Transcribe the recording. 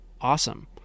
awesome